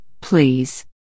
please